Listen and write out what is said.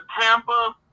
Tampa